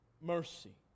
mercy